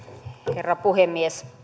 herra puhemies